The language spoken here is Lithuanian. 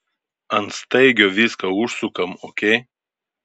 ant staigio viską užsukam ok